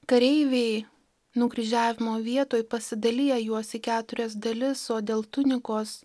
kareiviai nukryžiavimo vietoj pasidalija juos į keturias dalis o dėl tunikos